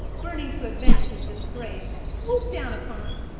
burning to avenge his disgrace, swooped down upon him.